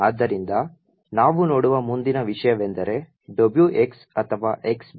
ಆದ್ದರಿಂದ ನಾವು ನೋಡುವ ಮುಂದಿನ ವಿಷಯವೆಂದರೆ WX ಅಥವಾ X ಬಿಟ್